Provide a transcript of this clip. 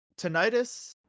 Tinnitus